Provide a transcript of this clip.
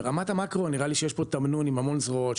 ברמת המאקרו נראה לי שיש פה תמנון עם המון זרועות,